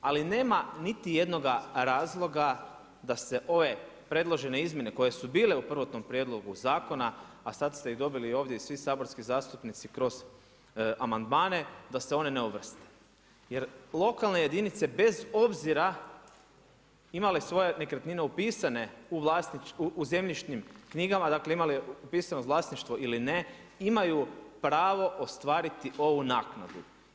Ali nema niti jednoga razloga se ove predložene izmjene koje su bile u prvotnom prijedlogu zakona, a sada ste ih dobili ovdje i svi saborski zastupnici kroz amandmane da se one ne uvrste, jer lokalne jedinice bez obzira ima li svoje nekretnine upisane u zemljišnim knjigama, dakle imali upisano vlasništvo ili ne imaju pravo ostvariti ovu naknadu.